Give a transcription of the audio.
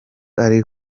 ari